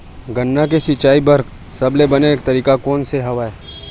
गन्ना के सिंचाई बर सबले बने तरीका कोन से हवय?